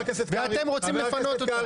ואתם רוצים לפנות אותה.